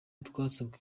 twasabwe